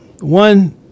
one